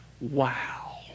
Wow